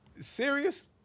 serious